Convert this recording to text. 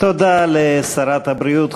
תודה לשרת הבריאות,